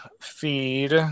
feed